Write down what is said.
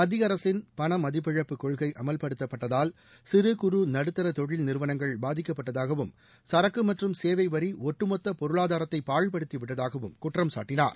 மத்திய அரசின் பணமதிப்பிழப்பு கொள்கை அமல்படுத்தப்பட்டதால் சிறு குறு நடுத்தர தொழில் நிறுவனங்கள் பாதிக்கப்பட்டதாகவும் சரக்கு மற்றும் சேவை வரி ஒட்டுமொத்த பொருளாதாரத்தை பாழ்படுத்திவிட்டதாகவும் குற்றம் சாட்டினார்